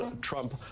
Trump